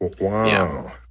Wow